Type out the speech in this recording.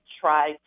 try